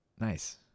Nice